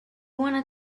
wanna